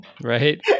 Right